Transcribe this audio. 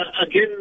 again